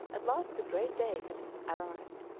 at last the great day has arrived.